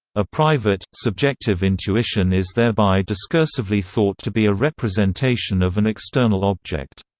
a private, subjective intuition is thereby discursively thought to be a representation of an external object.